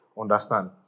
understand